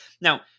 Now